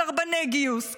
סרבני גיוס,